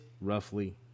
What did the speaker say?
roughly